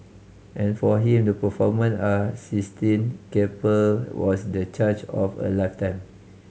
and for him the performance are Sistine Chapel was the charge of a lifetime